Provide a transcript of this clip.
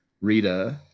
Rita